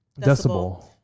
Decibel